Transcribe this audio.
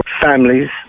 families